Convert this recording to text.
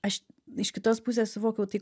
aš iš kitos pusės suvokiau tai